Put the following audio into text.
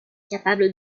capable